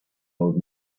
old